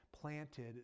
planted